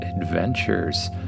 Adventures